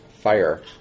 fire